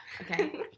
okay